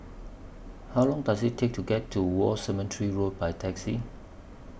How Long Does IT Take to get to War Cemetery Road By Taxi